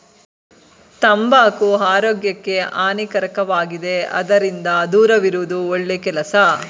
ತಂಬಾಕು ಆರೋಗ್ಯಕ್ಕೆ ಹಾನಿಕಾರಕವಾಗಿದೆ ಅದರಿಂದ ದೂರವಿರುವುದು ಒಳ್ಳೆ ಕೆಲಸ